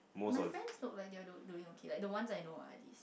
my friends look like they're doing okay like the ones I know lah at least